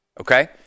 Okay